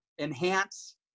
enhance